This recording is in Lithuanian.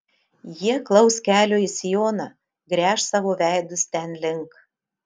jie klaus kelio į sioną gręš savo veidus ten link